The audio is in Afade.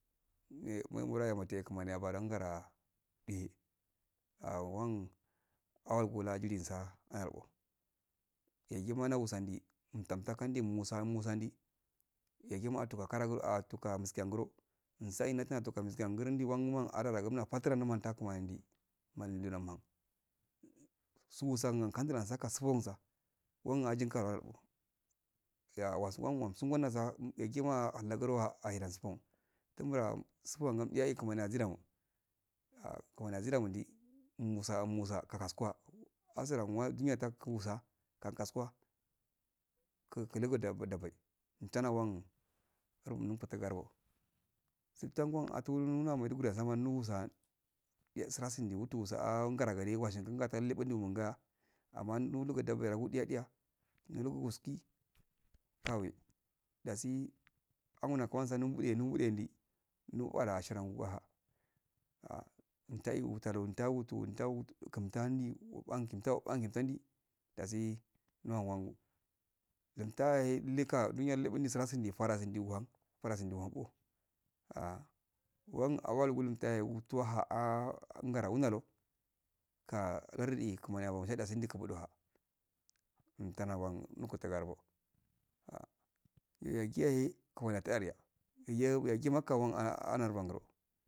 Me numura yatuhe kumani yabaran gara di awan awalgola jilinsa analbo yagima nagusadi mtatakandimusa musu ndi yagima atu kakara gro ah tuka muske yangiro msan natukan muskewo nguridi wangu wan adaaragumna patura numgata kumanin ndi manidinan han su sanga kandran saka sutonsa wan ajikango ya wasiwan sunwannausa yagima allgu ha ahellasibo tumbura sufrangam diyahe kumani azidan-o kamani azidano ndi musa-musa kakasuwa asuranguwa duniya takukus kwa kan kaskuwa ku kulugeda dabai altanawan hurba nufutarbo stiingo atunnua maidugani ansan nusa yatrasi yu watu wusa ann garagade wahi gumgatan liban dunaga amma nuligun da merabin diya nilubus ki kawi dasi anguna kwasa lundude lumbude ndi nuala shiranguha ntai utalu unta utul tandi upohikinta upuhikim tandi dasi nuha wan guntayehe luka duniya lebudi lasundi parasendiuhan parasidi unhabo ah wan awal ugumtahe inwa ha'a nga unale ka lardi e kuman hafamu shadiya sun ndi kunodosha umtanawan nukuto rbo iyo yagryahe kumaniya teliha megyo yagima kuman anawa bangro